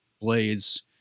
blades